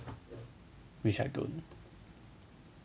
which I don't